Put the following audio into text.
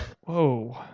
Whoa